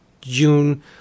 June